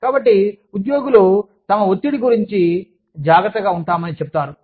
కాబట్టి ఉద్యోగులు తమ ఒత్తిడి గురించి జాగ్రత్తగా ఉంటామని చెప్తారు